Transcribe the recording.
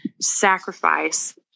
sacrifice